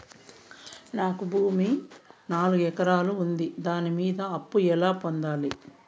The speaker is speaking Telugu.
నాకు భూమి నాలుగు ఎకరాలు ఉంది దాని మీద అప్పు ఎలా పొందాలి?